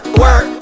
work